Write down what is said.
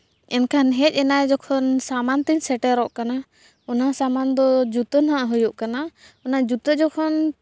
ᱮᱱᱠᱷᱟᱱ ᱦᱮᱡ ᱮᱱᱟᱭ ᱡᱚᱠᱷᱚᱱ ᱥᱟᱢᱟᱱ ᱛᱤᱧ ᱥᱮᱴᱮᱨᱚᱜ ᱠᱟᱱᱟ ᱚᱱᱟ ᱥᱟᱢᱟᱱ ᱫᱚ ᱡᱩᱛᱟᱹ ᱱᱟᱦᱟᱜ ᱦᱩᱭᱩᱜ ᱠᱟᱱᱟ ᱚᱱᱟ ᱡᱩᱛᱟᱹ ᱡᱚᱠᱷᱚᱱ